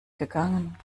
gegangen